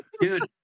dude